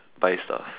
buy stuff